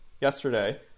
yesterday